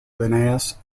linnaeus